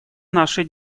нашей